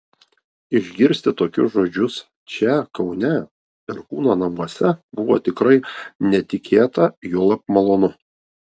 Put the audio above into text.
išgirsti tokius žodžius čia kaune perkūno namuose buvo tikrai netikėta juolab malonu